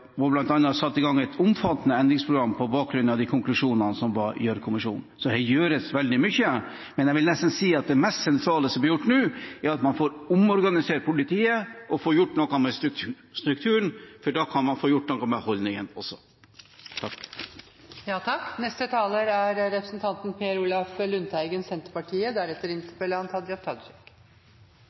og har bl.a. satt i gang et omfattende endringsprogram på bakgrunn av konklusjonene til Gjørv-kommisjonen. Så her gjøres veldig mye, men jeg vil si at nesten det mest sentrale som blir gjort nå, er at man får omorganisert politiet og får gjort noe med strukturen. Da kan man også få gjort noe med holdningene. Jeg vil også takke interpellanten for temaet. Min erfaring er